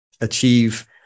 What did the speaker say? achieve